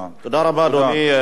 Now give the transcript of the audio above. תודה רבה, אדוני.